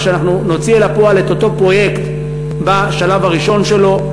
שנוציא לפועל את אותו פרויקט בשלב הראשון שלו.